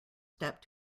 step